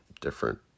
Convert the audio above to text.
different